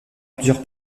plusieurs